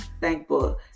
thankful